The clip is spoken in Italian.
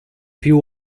più